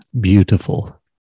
beautiful